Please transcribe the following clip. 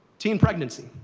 teen pregnancy.